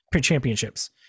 championships